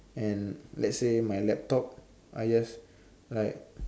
and let say my laptop I just like